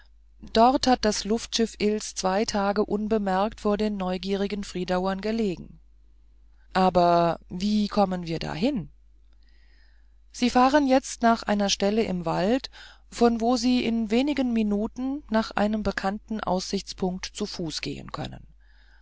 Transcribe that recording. dort hat das luftschiff ills zwei tage unbemerkt von den neugierigen friedauern gelegen aber wie kommen wir dahin wir fahren jetzt nach einer stelle im wald von wo sie in wenigen minuten nach einem bekannten aussichtspunkt zu fuß gelangen können